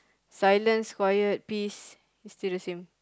silence quiet peace it's still the same